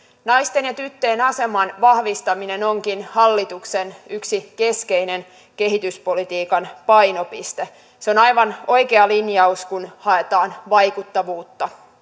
naisten ja tyttöjen aseman vahvistaminen onkin hallituksen yksi keskeinen kehityspolitiikan painopiste se on aivan oikea linjaus kun haetaan vaikuttavuutta